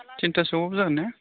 तिनथासोआवबो जागोन ना